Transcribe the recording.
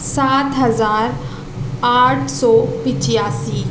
سات ہزار آٹھ سو پچاسی